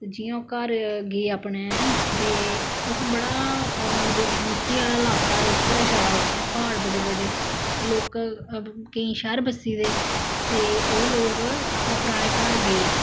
ते जि'यां ओह् घार गे अपने हैनी ते उत्थै बड़ा मिट्टी आहला इलाका रेतर ऐ छड़ा उत्थे प्हाड़ बडे़ बडे़ ते लोक कोंई शैहर बस्सी गेदे तेओह् लोक अपने पराने घर गे